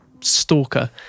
stalker